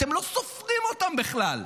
אתם לא סופרים אותם בכלל.